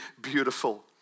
beautiful